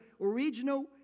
original